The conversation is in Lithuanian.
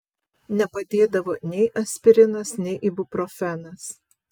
nepadėdavo nei aspirinas nei ibuprofenas